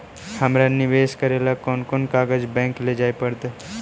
हमरा निवेश करे ल कोन कोन कागज बैक लेजाइ पड़तै?